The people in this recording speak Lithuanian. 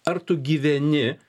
ar tu gyveni